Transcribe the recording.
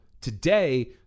Today